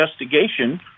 investigation